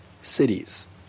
Cities